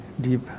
deep